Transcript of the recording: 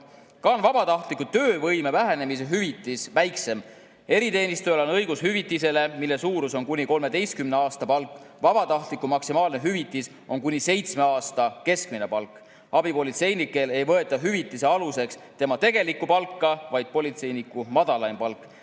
Ka on vabatahtlikul töövõime vähenemise hüvitis väiksem. Eriteenistujal on õigus hüvitisele, mille suurus on kuni 13 aasta palk. Vabatahtliku maksimaalne hüvitis on kuni seitsme aasta keskmine palk. Abipolitseinikul ei võeta hüvitise aluseks tema tegelikku palka, vaid politseiniku madalaimat palka.